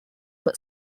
that